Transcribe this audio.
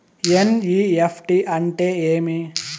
NEFT అంటే ఏమి